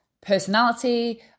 personality